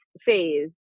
phase